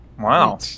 Wow